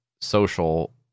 Social